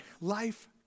life